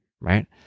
right